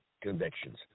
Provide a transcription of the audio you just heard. Convictions